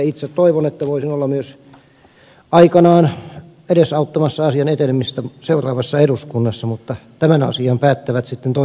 itse toivon että voisin olla myös aikanaan edesauttamassa asian etenemistä seuraavassa eduskunnassa mutta tämän asian päättävät sitten toiset henkilöt